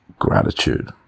gratitude